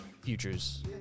Futures